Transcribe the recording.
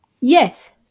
Yes